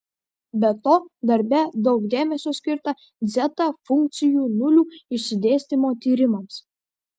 be to darbe daug dėmesio skirta dzeta funkcijų nulių išsidėstymo tyrimams